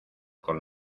con